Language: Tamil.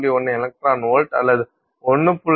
1 எலக்ட்ரான் வோல்ட் அல்லது 1